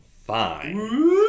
fine